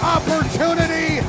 Opportunity